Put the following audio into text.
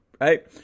right